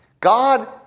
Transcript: God